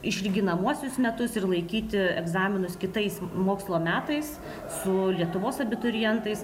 išlyginamuosius metus ir laikyti egzaminus kitais mokslo metais su lietuvos abiturientais